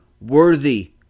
worthy